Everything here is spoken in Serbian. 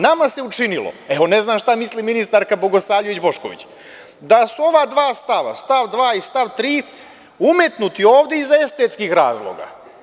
Nama se učinilo, evo ne znam šta misli ministarka Bogosavljević Bošković, da su ova dva stava, stav 2. i stav 3. umetnuti ovde iz estetskih razloga.